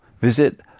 visit